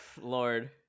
Lord